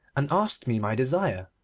and asked me my desire.